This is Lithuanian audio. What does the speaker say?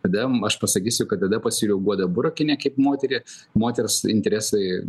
tada aš pasakysiu kad tada pasiūliau guoda burokienė kaip moterį moters interesai